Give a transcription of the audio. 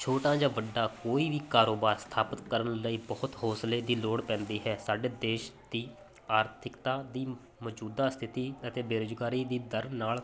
ਛੋਟਾ ਜਾਂ ਵੱਡਾ ਕੋਈ ਵੀ ਕਾਰੋਬਾਰ ਸਥਾਪਤ ਕਰਨ ਲਈ ਬਹੁਤ ਹੌਂਸਲੇ ਦੀ ਲੋੜ ਪੈਂਦੀ ਹੈ ਸਾਡੇ ਦੇਸ਼ ਦੀ ਆਰਥਿਕਤਾ ਦੀ ਮੌਜੂਦਾ ਸਥਿਤੀ ਅਤੇ ਬੇਰੁਜ਼ਗਾਰੀ ਦੀ ਦਰ ਨਾਲ